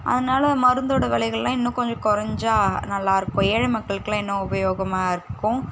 அதனால் மருந்தோடய விலைகள்லாம் இன்னும் கொஞ்சம் குறஞ்சா நல்லா இருக்கும் ஏழை மக்களுக்கெலாம் இன்னும் உபயோகமாக இருக்கும்